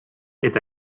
est